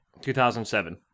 2007